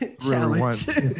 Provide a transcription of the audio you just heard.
challenge